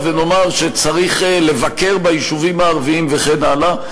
ונאמר שצריך לבקר ביישובים הערביים וכן הלאה.